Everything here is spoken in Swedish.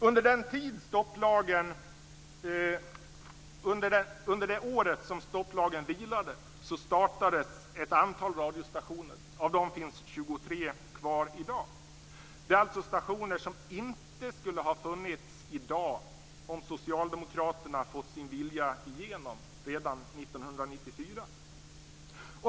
Under det år som stopplagen vilade startades ett antal radiostationer. Av dem finns det 23 kvar i dag. Det är alltså stationer som inte skulle ha funnits i dag om Socialdemokraterna hade fått sin vilja igenom redan 1994.